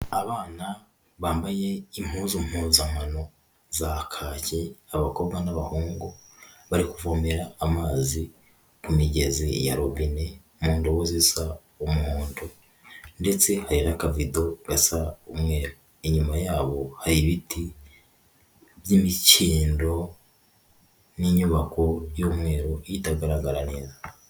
Abana bambaye impuzu mpuzankano za kake abakobwa n'abahungu, bari kuvomera amazi imigezi ya robine mu nbobo zisa umuhondo, ndetse hari n'akavido gasa umweru, inyuma yabo hari ibiti by'imikindo n'inyubako y'umweru yo itagaragara neza.